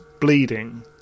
bleeding